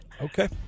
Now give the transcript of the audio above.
Okay